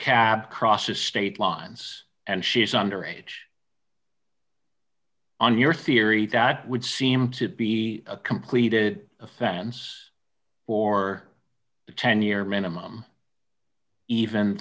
cab crosses state lines and she is under age on your theory that would seem to be a completed a sense for the ten year minimum even